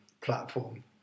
platform